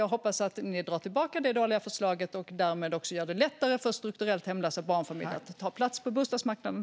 Jag hoppas att ni drar tillbaka det dåliga förslaget och därmed gör det lättare för strukturellt hemlösa barnfamiljer att ta plats på bostadsmarknaden.